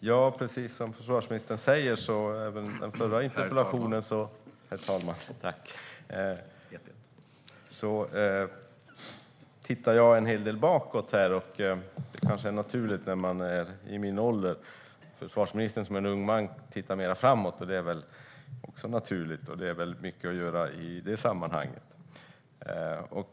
Herr talman! Precis som försvarsministern sa i den förra interpellationsdebatten tittar jag en del bakåt. Det kanske är naturligt i min ålder. Försvarsministern, som är en ung man, tittar mer framåt. Det är väl också naturligt, och det är väl mycket att göra i det sammanhanget.